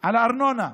על הארנונה,